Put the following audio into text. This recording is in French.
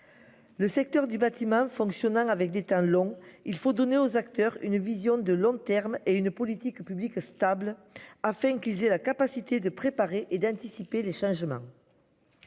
Le secteur du bâtiment fonctionnant avec des talons. Il faut donner aux acteurs, une vision de long terme et une politique publique stable afin qu'ils aient la capacité de préparer et d'un anticiper les changements.